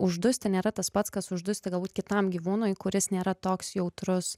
uždusti nėra tas pats kas uždusti galbūt kitam gyvūnui kuris nėra toks jautrus